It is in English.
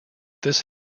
this